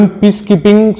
peacekeeping